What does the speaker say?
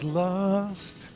lost